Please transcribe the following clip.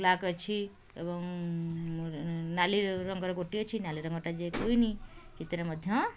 black ଅଛି ଏବଂ ନାଲିରଙ୍ଗର ଗୋଟି ଅଛି ନାଲିରଙ୍ଗଟା ଯେ କୁଇନ୍ ସେଇଥିରେ ମଧ୍ୟ